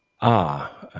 ah,